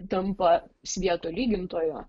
tampa svieto lygintoju